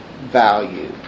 value